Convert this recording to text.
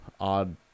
odd